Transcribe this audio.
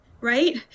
right